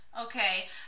Okay